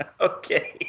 Okay